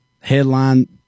headline